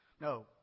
No